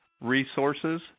Resources